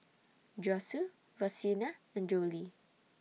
Josue Rosina and Jolie